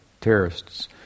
terrorists